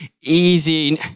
easy